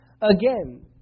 again